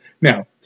Now